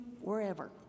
wherever